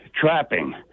trapping